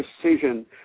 precision